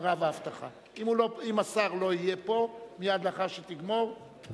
והרווחה כדי להכינה לקריאה ראשונה.